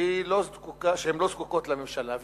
והן לא זקוקות לממשלה.